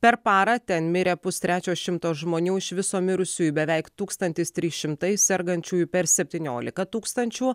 per parą ten mirė pustrečio šimto žmonių iš viso mirusiųjų beveik tūkstantis trys šimtai sergančiųjų per septyniolika tūkstančių